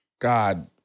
god